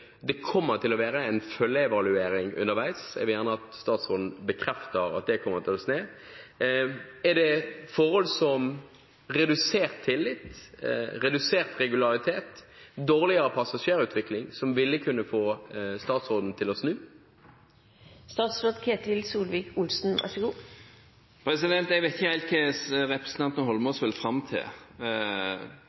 det kommer til å være en følgeevaluering underveis. Jeg vil gjerne at statsråden bekrefter at det kommer til å skje. Er det forhold som redusert tillit, redusert regularitet og dårligere passasjerutvikling som ville kunne få statsråden til å snu? Jeg vet ikke helt hva representanten Eidsvoll Holmås vil fram til.